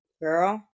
girl